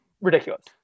ridiculous